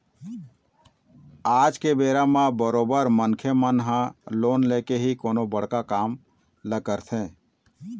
आज के बेरा म बरोबर मनखे मन ह लोन लेके ही कोनो बड़का काम ल करथे